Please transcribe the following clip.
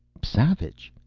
savage.